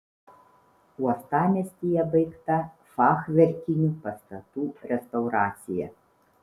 uostamiestyje baigta fachverkinių pastatų restauracija